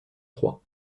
trois